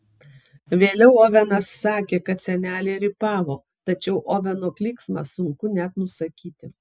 vėliau ovenas sakė kad senelė rypavo tačiau oveno klyksmą sunku net nusakyti